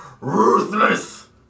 Ruthless